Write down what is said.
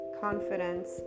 confidence